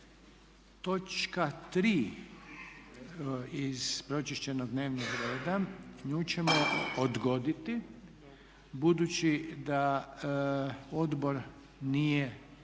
Točka tri iz pročišćenog dnevnog reda, nju ćemo odgoditi budući da odbor nije